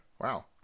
wow